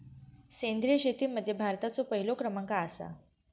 सेंद्रिय शेतीमध्ये भारताचो पहिलो क्रमांक आसा